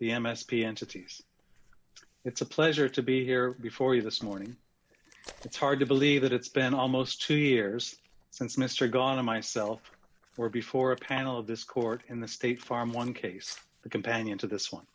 the m s p entities it's a pleasure to be here before you this morning it's hard to believe that it's been almost two years since mr gone and myself for before a panel of this court in the state farm one case a companion to this one